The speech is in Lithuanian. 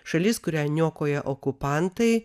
šalis kurią niokoja okupantai